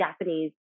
japanese